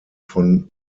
von